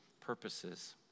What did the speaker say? purposes